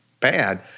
bad